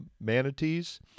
manatees